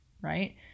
right